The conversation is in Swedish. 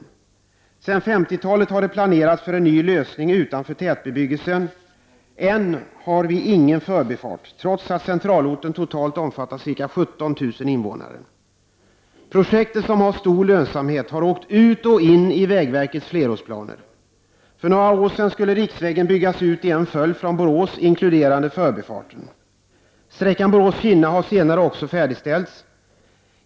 Sedan 1950-talet har det planerats för en ny lösning utanför tätbebyggelsen. Än har vi ingen förbifart, trots att centralorten totalt omfattar ca 17 000 invånare. Projektet, som har stor lönsamhet, har åkt ut och in i vägverkets flerårsplaner. För några år sedan skulle riksvägen byggas ut i en följd från Borås inkluderande förbifarten. Sträckan Borås—Kinna har senare också färdigställts.